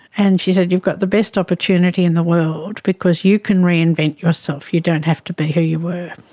and she said you've got the best opportunity in the world because you can reinvent yourself, you don't have to be who you were,